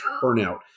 turnout